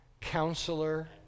Counselor